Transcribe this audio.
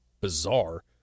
bizarre